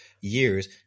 years